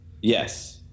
Yes